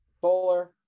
Bowler